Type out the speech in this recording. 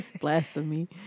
blasphemy